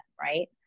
Right